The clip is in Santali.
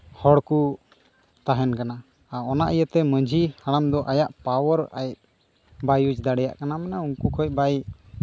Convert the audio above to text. ᱦᱚᱲᱠᱚ ᱛᱟᱦᱮᱱ ᱠᱟᱱᱟ ᱟᱨ ᱚᱱᱟ ᱤᱭᱟᱹ ᱛᱮ ᱢᱟᱹᱡᱷᱤ ᱦᱟᱲᱟᱢ ᱫᱚ ᱟᱭᱟᱜ ᱯᱟᱣᱟᱨ ᱟᱡ ᱵᱟᱭ ᱤᱭᱩᱥ ᱫᱟᱲᱮᱭᱟᱜ ᱠᱟᱱᱟ ᱩᱱᱠᱩ ᱠᱷᱚᱡ ᱵᱟᱭ